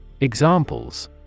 Examples